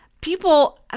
People